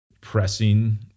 pressing